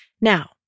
Now